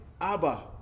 Abba